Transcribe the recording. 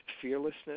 fearlessness